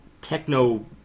techno